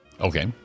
Okay